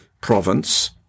province